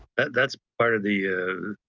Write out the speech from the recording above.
that's part of the year.